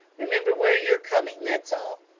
remember where you're coming. that's all